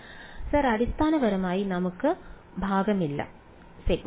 വിദ്യാർത്ഥി സർ അടിസ്ഥാനപരമായി നമുക്ക് ഭാഗമില്ല സമയം കാണുക 1906 സെഗ്മെന്റ്